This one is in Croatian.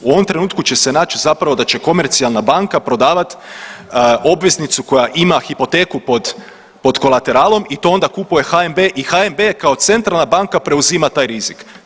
U ovom trenutku će se nać zapravo da će komercijalna banka prodavat obveznicu koja ima hipoteku pod kolateralom i to onda kupuje HNB i HNB kao centralna banka preuzima taj rizik.